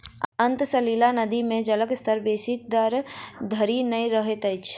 अंतः सलीला नदी मे जलक स्तर बेसी तर धरि नै रहैत अछि